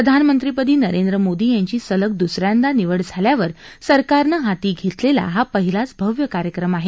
प्रधानमंत्रीपदी नरेंद्र मोदी यांची सलग दुस यांदा निवड झाल्यावर सरकारनं हाती घेतलेला हा पहिलाच भव्य कार्यक्रम आहे